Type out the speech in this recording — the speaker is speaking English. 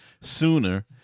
sooner